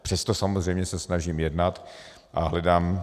Přesto samozřejmě se snažím jednat a hledám.